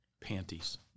Panties